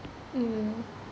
mm